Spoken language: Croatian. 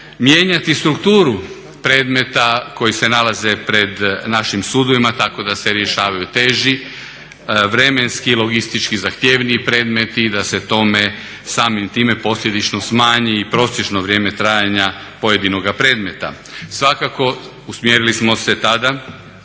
Mijenjati koji se nalaze pred našim sudovima tako da se rješavaju teži, vremenski i logistički zahtjevniji predmeti i da se tome, samim time posljedično smanji i prosječno vrijeme trajanja pojedinoga predmeta. Svakako usmjerili smo se tada